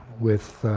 with